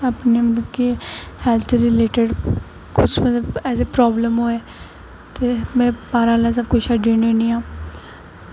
अपने मतलब हैल्थ दे रिलेटिड किश बी ऐसी प्राब्लम होऐ ते में बाह्र आह्ला सब किश छड्डी ओड़नी होन्नी आं